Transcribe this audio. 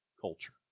culture